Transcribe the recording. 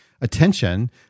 attention